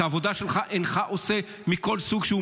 את העבודה שלך אינך עושה, מכל סוג שהיא.